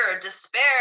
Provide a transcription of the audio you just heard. despair